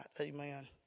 Amen